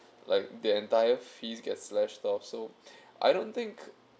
like the entire fees get slashed off so I don't think